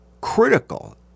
critical